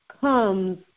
comes